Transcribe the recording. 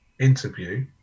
interview